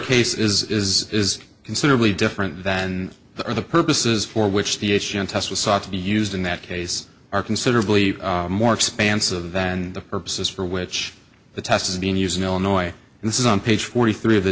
case is is considerably different than the other purposes for which the test was sought to be used in that case are considerably more expansive than the purposes for which the test is being used in illinois and this is on page forty three of the